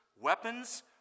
weapons